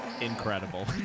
Incredible